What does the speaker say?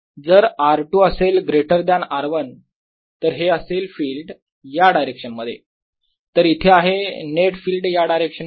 जर r 2 असेल greater than r 1 तर हे असेल फिल्ड या डायरेक्शन मध्ये तर इथे आहे नेट फिल्ड या डायरेक्शन मध्ये